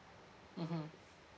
mmhmm